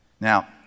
Now